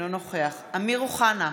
אינו נוכח אמיר אוחנה,